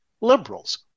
liberals